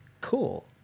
cool